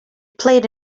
played